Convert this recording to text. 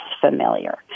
familiar